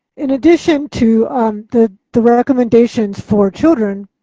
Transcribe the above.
in addition to the the recommendations for children,